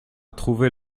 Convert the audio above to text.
trouver